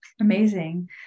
Amazing